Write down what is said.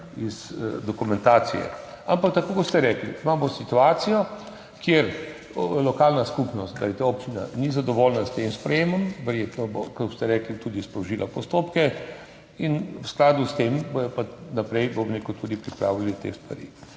iz dokumentacije. Ampak tako kot ste rekli, imamo situacijo, kjer lokalna skupnost, občina ni zadovoljna s tem sprejetjem, verjetno bo, kot ste rekli, tudi sprožila postopke. V skladu s tem bodo pa naprej tudi pripravili te stvari.